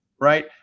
Right